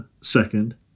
second